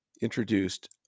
introduced